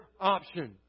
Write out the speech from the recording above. option